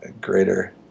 greater